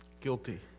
Guilty